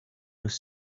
was